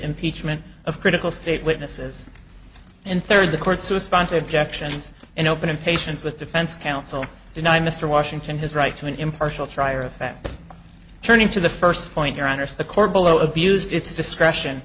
impeachment of critical state witnesses and third the courts to a sponsor objections and open in patients with defense counsel deny mr washington his right to an impartial trial or effect turning to the first point your honor so the court below abused its discretion